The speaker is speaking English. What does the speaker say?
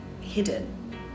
hidden